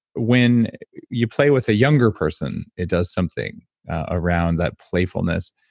when you play with a younger person, it does something around that playfulness.